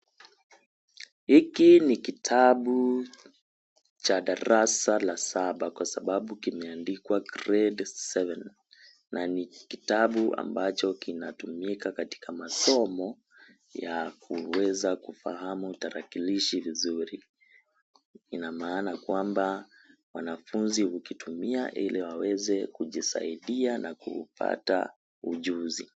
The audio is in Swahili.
Hiki ni kitabu cha darasa la saba kwa sababu kimeandikwa grade 7 na ni kitabu ambacho kinatumika katika masomo ya kuweza kufahamu tarakilishi vizuri, ina maana kwamba wanafunzi hukitumia ili waweze kujisaidia na kupata ujuzi.